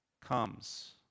comes